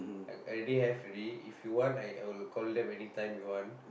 everyday have already if you want I will call them anytime you want